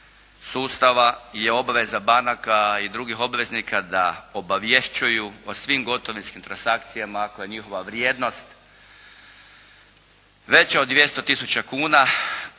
sustava je obveza banaka i drugih obveznika da obavješćuju o svim gotovinskim transakcijama ako je njihova vrijednost veća od 200 tisuća